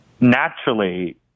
naturally